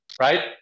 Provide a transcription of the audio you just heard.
right